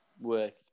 work